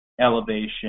Elevation